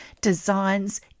designs